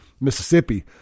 Mississippi